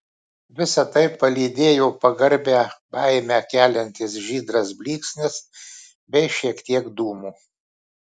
visa tai palydėjo pagarbią baimę keliantis žydras blyksnis bei šiek tiek dūmų